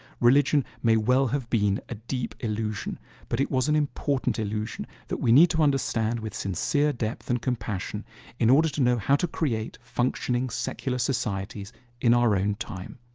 religion may well have been a deep illusion but it was an important illusion that we need to understand with sincere depth and compassion in order to know how to create functioning secular societies in our own time.